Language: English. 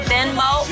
Venmo